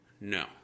No